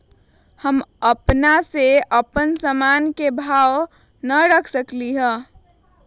हमनी अपना से अपना सामन के भाव न रख सकींले?